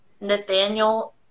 Nathaniel